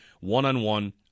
one-on-one